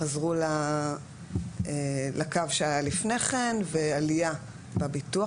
חזרו לקו שהיה לפני כן ועלייה בביטוח.